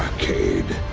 cade,